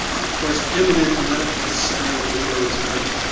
of course eminent medical center that we know today.